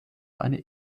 eine